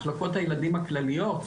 מחלקות הילדים הכלליות,